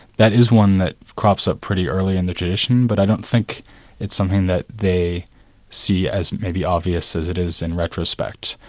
that is one that crops up pretty early in the tradition, but i don't think it's something that they see as maybe obvious as it is in retrospect.